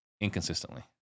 inconsistently